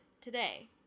today